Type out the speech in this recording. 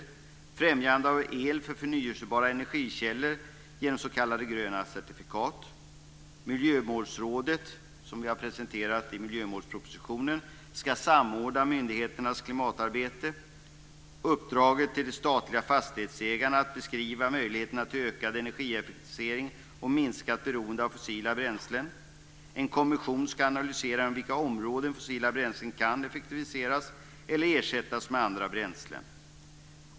Det är främjande av el från förnybara energikällor genom s.k. gröna certifikat. Miljövårdsrådet - som vi har presenterat i miljömålspropositionen - ska samordna myndigheternas klimatarbete. Det finns ett uppdrag till de statliga fastighetsägarna att beskriva möjligheterna till ökad energieffektivisering och minskat beroende av fossila bränslen. En kommission ska analysera på vilka områden fossila bränslen kan effektiviseras eller ersättas med andra bränslen.